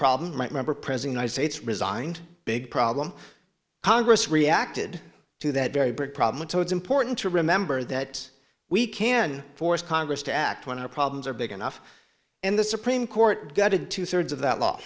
it's resigned big problem congress reacted to that very big problem and so it's important to remember that we can force congress to act when our problems are big enough and the supreme court gutted two thirds of that